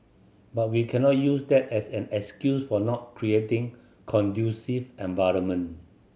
but we cannot use that as an excuse for not creating conducive environment